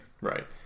Right